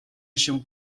się